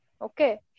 Okay